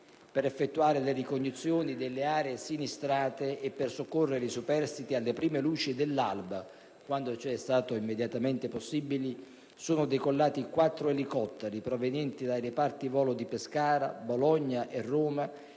Per effettuare le ricognizioni delle aree sinistrate e per soccorrere i superstiti, alle prime luci dell'alba, appena è stato possibile, sono decollati 4 elicotteri provenienti dai reparti volo di Pescara, Bologna e Roma,